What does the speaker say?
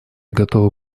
готова